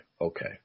Okay